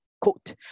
quote